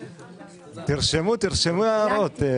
תרשמו, תרשמו הערות.